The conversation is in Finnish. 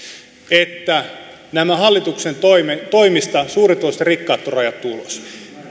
että näistä hallituksen toimista suurituloiset ja rikkaat on rajattu ulos